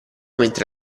mentre